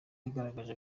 yagaragaje